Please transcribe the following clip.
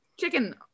chicken